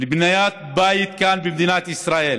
לבניית בית כאן במדינת ישראל,